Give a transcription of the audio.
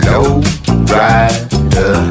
Lowrider